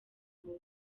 abo